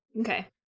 Okay